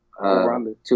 Two